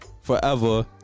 Forever